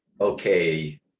okay